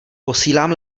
posílám